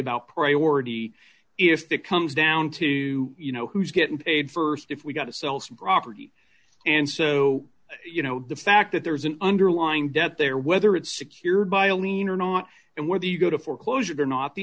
about priority if it comes down to you know who's getting paid st if we got to sell some property and so you know the fact that there's an underlying debt there whether it's secured by a lien or not and whether you go to foreclosure or not the